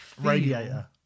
Radiator